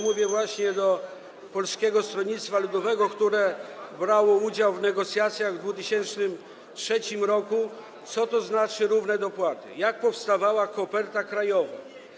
mówię właśnie do Polskiego Stronnictwa Ludowego, które brało udział w negocjacjach w 2003 r. - co to znaczy równe dopłaty, jak powstawała koperta krajowa.